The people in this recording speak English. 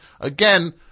Again